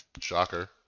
Shocker